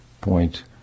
point